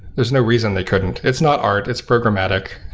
there's no reason they couldn't. it's not art. it's programmatic.